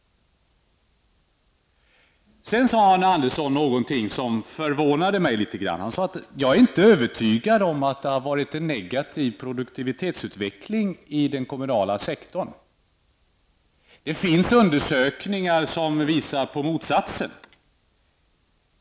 Sedan sade Arne Andersson någonting som förvånade mig. Han sade att han inte är övertygad om att det har varit en negativ produktivitetsutveckling inom den kommunala sektorn. Det finns undersökningar som visar på motsatsen, hette det.